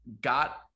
got